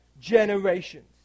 generations